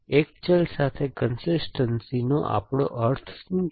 એક ચલ સાથે કન્સિસ્ટનસીનો આપણો અર્થ શું છે